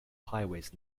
highways